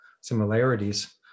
similarities